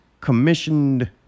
commissioned